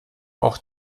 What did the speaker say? auch